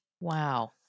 Wow